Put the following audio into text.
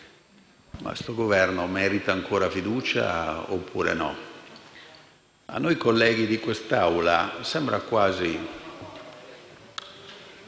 se questo Governo meriti ancora fiducia oppure no. A noi, colleghi di quest'Aula, sembra quasi